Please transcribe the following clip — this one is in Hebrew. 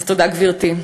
אז, תודה, גברתי.